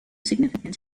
significant